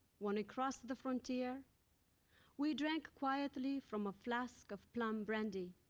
when we crossed the frontier we drank quietly from a flask of plum brandy